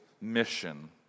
mission